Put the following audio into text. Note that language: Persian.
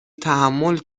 تحمل